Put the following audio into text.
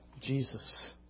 Jesus